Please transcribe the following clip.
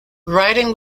riding